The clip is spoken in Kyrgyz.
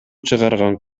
чыгарган